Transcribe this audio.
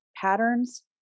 patterns